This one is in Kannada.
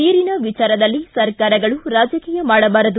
ನೀರಿನ ವಿಚಾರದಲ್ಲಿ ಸರ್ಕಾರಗಳು ರಾಜಕೀಯ ಮಾಡಬಾರದು